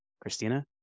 Christina